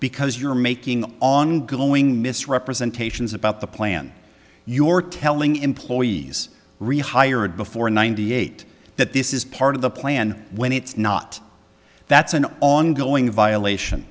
because you're making on glowing misrepresentations about the plan your telling employees rehired before ninety eight that this is part of the plan when it's not that's an ongoing violation